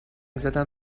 زدم